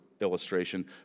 illustration